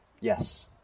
Yes